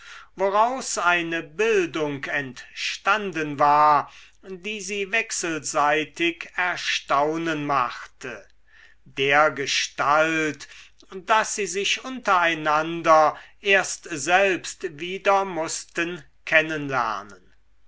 woraus eine bildung entstanden war die sie wechselseitig erstaunen machte dergestalt daß sie sich untereinander erst selbst wieder mußten